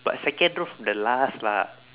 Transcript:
but second row the last lah